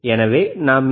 எனவே நாம் ஏ